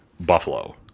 buffalo